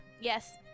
Yes